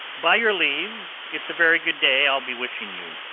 by your leave, it's a very good day i'll be wishing you,